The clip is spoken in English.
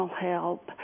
help